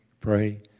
Pray